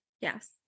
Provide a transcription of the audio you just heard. yes